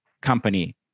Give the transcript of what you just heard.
company